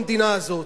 במדינה הזאת.